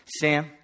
Sam